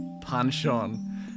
punch-on